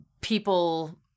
people